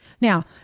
Now